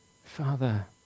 Father